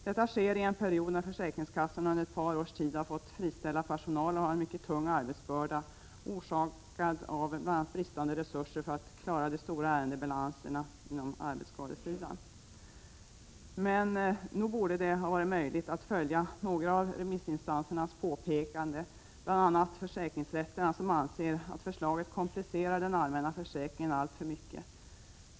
Detta sker i en period när försäkringskassorna under ett par års tid har fått friställa personal och har en mycket tung arbetsbörda, orsakad av bl.a. bristande resurser för att klara de stora ärendebalanserna på arbetsskadesidan. Nog borde det ha varit möjligt att följa några av remissinstansernas påpekanden. Bl. a. försäkringsrätterna anser att förslaget komplicerar den allmänna försäkringen alltför mycket.